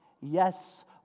Yes